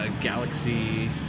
Galaxy